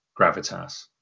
gravitas